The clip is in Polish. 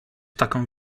taką